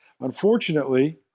Unfortunately